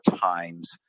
times